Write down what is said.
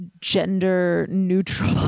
gender-neutral